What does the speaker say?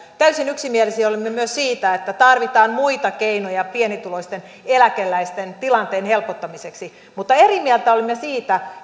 täysin yksimielisiä olimme myös siitä että tarvitaan muita keinoja pienituloisten eläkeläisten tilanteen helpottamiseksi mutta eri mieltä olimme siitä